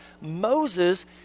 Moses